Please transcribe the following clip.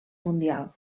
mundial